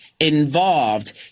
involved